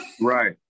right